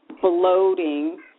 bloating